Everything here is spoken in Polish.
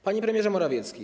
Panie Premierze Morawiecki!